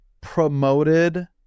promoted